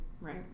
Right